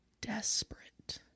desperate